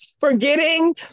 forgetting